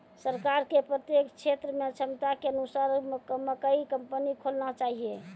सरकार के प्रत्येक क्षेत्र मे क्षमता के अनुसार मकई कंपनी खोलना चाहिए?